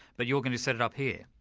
but you're going to set it up here.